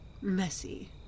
messy